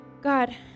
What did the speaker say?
God